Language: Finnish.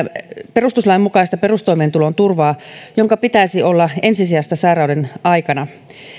perustuslain mukaista perustoimeentulon turvaa jonka pitäisi olla ensisijaista sairauden aikana